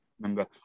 remember